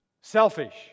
selfish